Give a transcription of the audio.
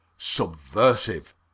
subversive